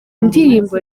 ndirimbo